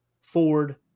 Ford